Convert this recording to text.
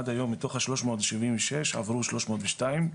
עד היום מתוך שלוש מאות שבעים ושש עברו שלוש מאות ושתיים,